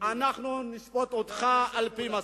אנחנו נשפוט אותך על-פי מעשיך.